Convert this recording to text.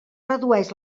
redueix